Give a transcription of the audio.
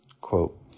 Quote